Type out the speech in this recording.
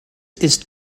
ist